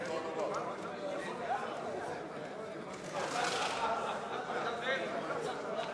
לדיון מוקדם בוועדת הכנסת נתקבלה.